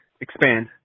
expand